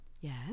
Yes